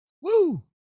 woo